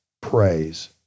praise